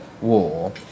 war